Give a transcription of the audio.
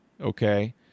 okay